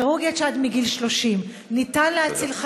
כירורגיית שד מגיל 30. ניתן להציל חיים.